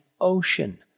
ocean